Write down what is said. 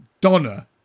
Donna